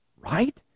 right